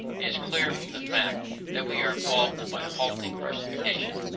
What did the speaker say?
is clear from the fact that we are balked by halting versification.